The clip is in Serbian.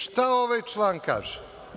Šta ovaj član kaže?